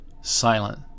silent